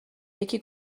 یکی